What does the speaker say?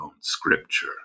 scripture